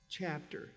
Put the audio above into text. chapter